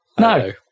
No